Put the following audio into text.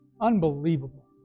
unbelievable